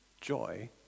joy